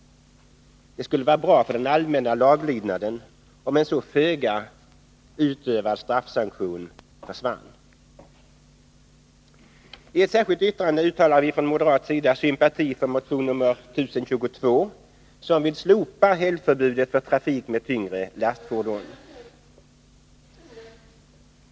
Det skulle vara bra för den allmänna laglydnaden, om en så föga utövad straffsanktion försvann. I ett särskilt yttrande uttalar vi från moderat sida sympati för motion nr 1022, som vill slopa helgförbudet för trafik med tyngre lastfordon.